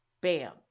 Bam